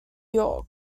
york